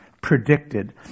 predicted